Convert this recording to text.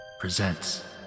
presents